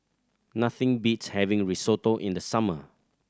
nothing beats having Risotto in the summer